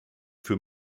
für